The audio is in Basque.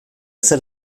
zer